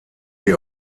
sie